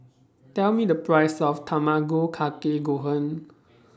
Tell Me The Price of Tamago Kake Gohan